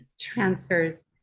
transfers